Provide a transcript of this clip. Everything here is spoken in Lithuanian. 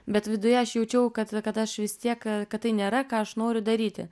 bet viduje aš jaučiau kad kad aš vis tiek kad tai nėra ką aš noriu daryti